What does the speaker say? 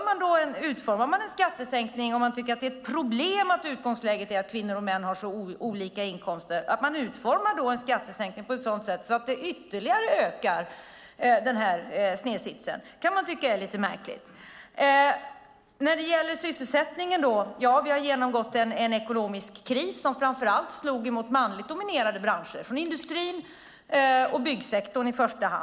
Men om man nu tycker att det är ett problem att utgångsläget är att kvinnor och män har så olika inkomster, varför utformar man då en skattesänkning på ett sätt som ytterligare ökar denna snedsits? Det kan man tycka är lite märkligt. När det gäller sysselsättningen är det riktigt att vi har genomgått en ekonomisk kris som framför allt slog mot manligt dominerade branscher, i första hand industrin och byggsektorn.